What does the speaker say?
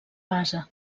base